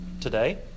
today